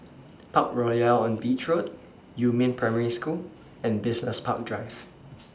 Parkroyal on Beach Road Yumin Primary School and Business Park Drive